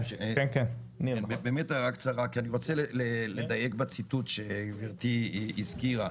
אני רוצה לדייק בציטוט שגברתי הביאה.